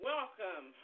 Welcome